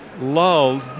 lulled